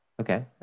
Okay